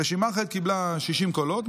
רשימה אחרת קיבלה 60 קולות,